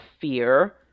fear